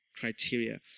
criteria